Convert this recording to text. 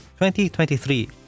2023